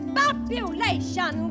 population